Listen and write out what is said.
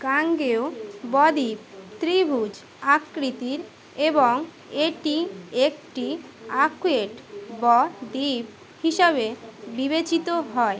গাঙ্গেয় ব দ্বীপ ত্রিভুজ আকৃতির এবং এটি একটি আকোয়েটিক ব দ্বীপ হিসাবে বিবেচিত হয়